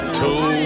two